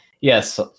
Yes